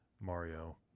Mario